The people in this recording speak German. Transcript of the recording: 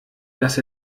dass